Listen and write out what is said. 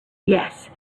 yes